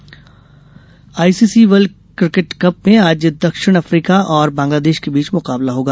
world cup ICC world cricket cup में आज दक्षिणी अफ्रीका और बांग्लादेश के बीच मुकाबला होगा